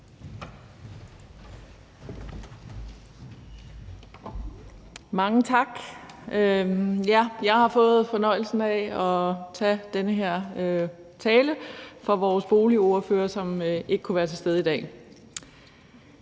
Mange tak. Jeg har fået fornøjelsen af at holde den her tale i stedet for vores boligordfører, som ikke kunne være til stede i dag.